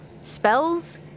spells